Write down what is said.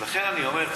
לכן אני אומר,